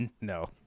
No